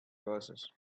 glasses